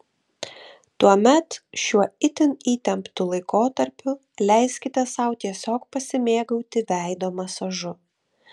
tuomet šiuo itin įtemptu laikotarpiu leiskite sau tiesiog pasimėgauti veido masažu